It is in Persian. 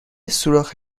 سوراخ